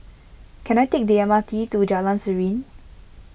can I take the M R T to Jalan Serene